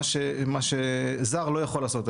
מה שזר לא יכול לעשות,